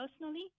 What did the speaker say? personally